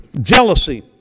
jealousy